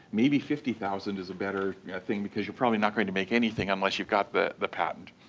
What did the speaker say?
maybe fifty thousand is a better thing because you're probably not gonna make anything unless you got the the patent.